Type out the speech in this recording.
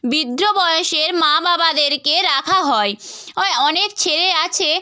বৃদ্ধ বয়সের মা বাবাদেরকে রাখা হয় অনেক ছেলে আছে